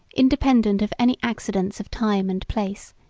independent of any accidents of time and place,